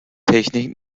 technik